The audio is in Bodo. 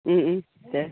दे